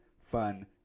Fun